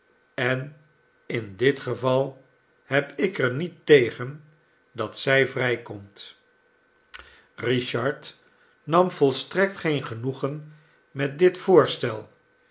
en in dit geval heb ik er niet tegen dat zij vrijkomt richard nam volstrekt geen genoegen met dit voorstel